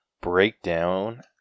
breakdown